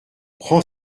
prend